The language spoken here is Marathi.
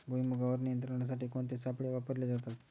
भुईमुगावर नियंत्रणासाठी कोणते सापळे वापरले जातात?